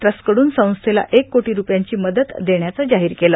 ट्रस्टकडून संस्थेला एक कोटी रूपयांची मदत देण्याचं जाहिर केलं